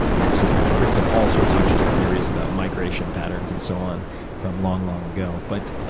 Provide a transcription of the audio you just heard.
and so that brings up all sorts of interesting theories about migration patterns and so on from long, long ago. but